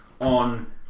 on